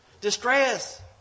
Distress